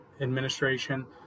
administration